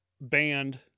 banned